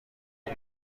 اون